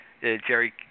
Jerry